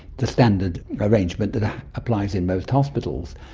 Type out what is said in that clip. the standard arrangement that applies in most hospitals.